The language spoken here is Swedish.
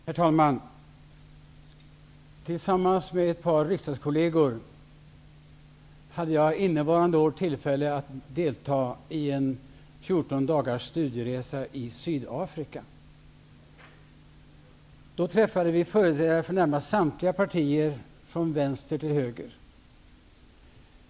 Herr talman! Tillsammans med ett par riksdagskolleger hade jag innevarande år tillfälle att delta i en 14 dagars studieresa i Sydafrika. Då träffade vi företrädare för närmare samtliga partier, från vänster till höger.